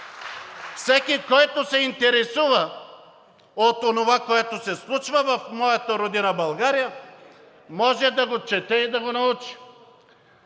Всеки, който се интересува от онова, което се случва в моята родина България, може да го чете и да го научи.